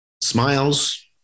smiles